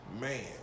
Man